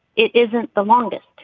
it isn't the longest.